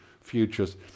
futures